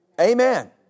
Amen